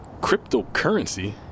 Cryptocurrency